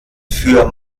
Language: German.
für